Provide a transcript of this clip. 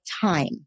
time